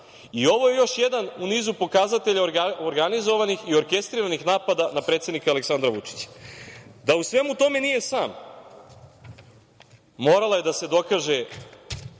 je još jedan u nizu pokazatelja organizovanih i orkestriranih napada na predsednika Aleksandra Vučića. Da u svemu tome nije sam, morala je da se dokaže